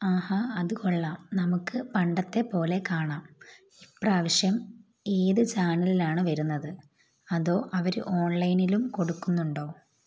ആഹാ അത് കൊള്ളാം നമുക്ക് പണ്ടത്തെ പോലെ കാണാം ഇപ്രാവശ്യം ഏത് ചാനലിലാണ് വരുന്നത് അതോ അവർ ഓൺലൈനിലും കൊടുക്കുന്നുണ്ടോ